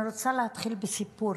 אני רוצה להתחיל בסיפור.